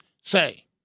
say